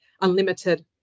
unlimited